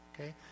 okay